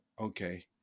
okay